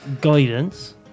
Guidance